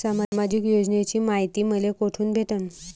सामाजिक योजनेची मायती मले कोठून भेटनं?